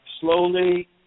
slowly